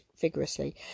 vigorously